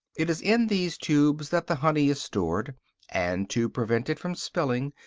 it is in these tubes that the honey is stored and to prevent it from spilling,